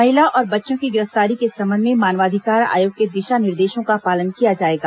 महिला और बच्चों की गिरफ्तारी के संबंध में मानवाधिकार आयोग के दिशा निर्देशों का पालन किया जाएगा